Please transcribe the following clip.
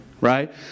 right